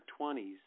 20s